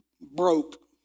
broke